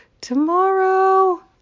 tomorrow